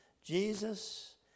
Jesus